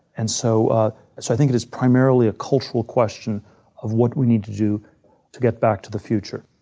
and so ah so i think it is primarily a cultural question of what we need to do to get back to the future.